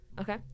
Okay